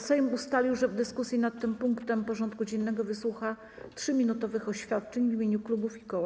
Sejm ustalił, że w dyskusji nad tym punktem porządku dziennego wysłucha 3-minutowych oświadczeń w imieniu klubów i koła.